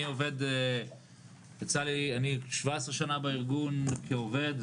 אני עובד 17 שנה בארגון כעובד,